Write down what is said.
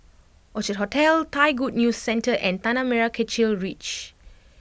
Orchard Hotel Thai Good News Centre and Tanah Merah Kechil Ridge